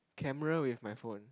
camera with my phone